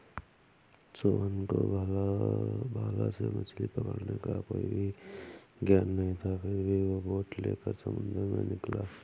रोहन को भाला से मछली पकड़ने का कोई भी ज्ञान नहीं था फिर भी वो बोट लेकर समंदर में निकला